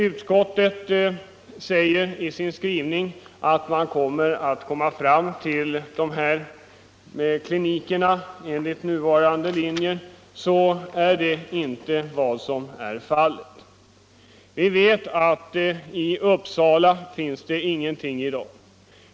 Utskottet säger i sin skrivning att yrkesmedicinska kliniker kan åstadkommas enligt nuvarande linjer, men så är inte fallet. Vi vet att i Uppsala finns det ingenting i dag.